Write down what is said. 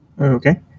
Okay